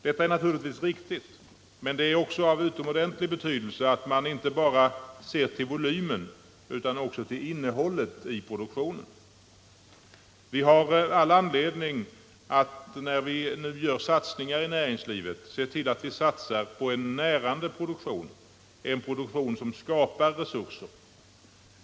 Detta är naturligtvis riktigt, men det är också av utomordentligt stor betydelse att man inte bara ser till volymen utan också till innehållet i produktionen. Vi har all anledning, när vi nu gör satsningar i näringslivet, att se till att de görs på en närande produktion, en produktion som skapar resurser.